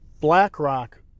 BlackRock